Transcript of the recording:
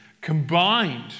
combined